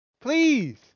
Please